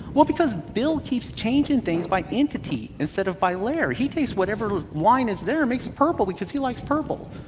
well, because bill keeps changing things by entity instead of by layer. he takes whatever line is there and makes it purple because he likes purple.